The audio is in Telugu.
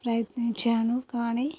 ప్రయత్నించాను కానీ